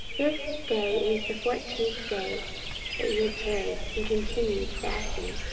this day is the fourteenth day that ye have tarried and continued fasting,